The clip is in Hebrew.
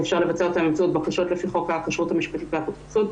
ואפשר לבצע אותן באמצעות בקשות לפי חוק הכשרות המשפטית והאפוטרופסות.